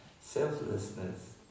selflessness